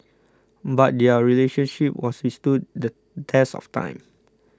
but their relationship was withstood the test of time